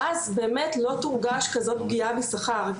ואז באמת לא תורגש כזאת פגיעה בשכר.